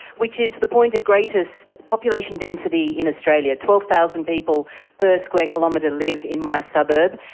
which is the point of greatest population density in australia, twelve thousand people per square kilometre live in my suburb,